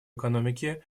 экономике